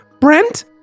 Brent